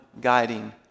guiding